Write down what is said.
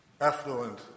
affluent